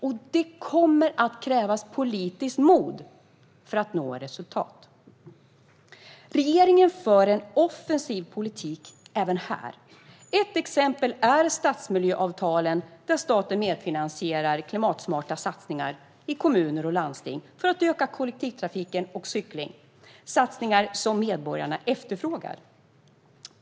Och det kommer att krävas politiskt mod för att nå resultat. Regeringen för en offensiv politik även här. Ett exempel är stadsmiljöavtalen, där staten medfinansierar klimatsmarta satsningar i kommuner och landsting för att öka kollektivtrafiken och cyklingen - satsningar som medborgarna efterfrågar.